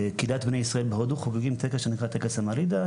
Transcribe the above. קהילת בני ישראל בהודו חוגגים טקס שנקרא טקס המלידה,